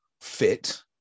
fit